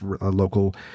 local